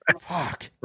Fuck